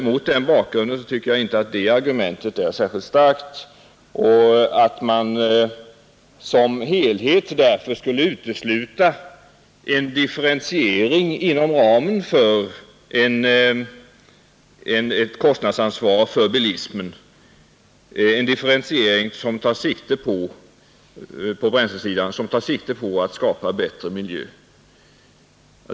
Mot den bakgrunden tycker jag att argumentet inte är särskilt starkt. Jag anser att utskottet varit alltför kategoriskt, när det inom ramen för bilismens kostnadsansvar uteslutit en differentiering på bränslesidan som tar sikte på att skapa bättre miljö.